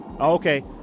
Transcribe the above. okay